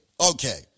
Okay